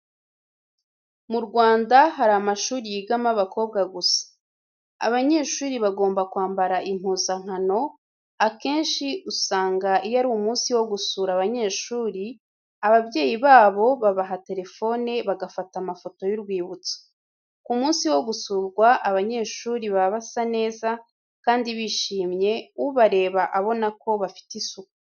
Mu Rwanda hari amashuri yigamo abakobwa gusa. Abanyeshuri bagomba kwambara impuzankano, akenshi usanga iyo ari umunsi wo gusura abanyeshuri; ababyeyi babo babaha telefone bagafata amafoto y'urwibutso. Ku munsi wo gusurwa abanyeshuri baba basa neza kandi bishimye, ubareba abonako bafite isuku.